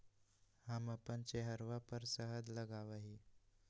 हम अपन चेहरवा पर शहद लगावा ही